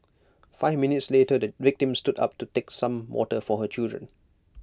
five minutes later the victim stood up to take some water for her children